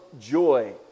joy